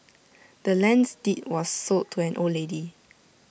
the land's deed was sold to the old lady